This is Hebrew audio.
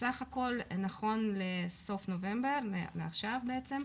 סך הכל נכון לסוף נובמבר, עכשיו בעצם,